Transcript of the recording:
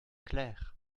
clair